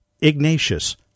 Ignatius